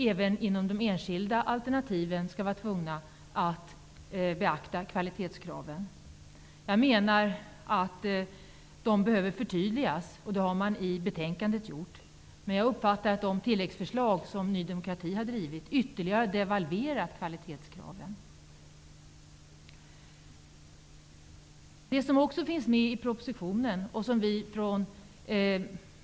Även inom de enskilda alternativen skall man vara tvungen att beakta kvalitetskraven. Jag menar att dessa krav behöver förtydligas, och det har man gjort i betänkandet. Jag uppfattar att de tilläggsförslag som Ny demokrati har drivit ytterligare devalverat kvalitetskraven.